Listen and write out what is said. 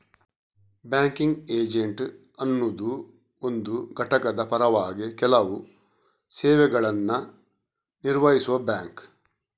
banking agent ಅನ್ನುದು ಒಂದು ಘಟಕದ ಪರವಾಗಿ ಕೆಲವು ಸೇವೆಗಳನ್ನ ನಿರ್ವಹಿಸುವ ಬ್ಯಾಂಕ್